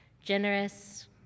generous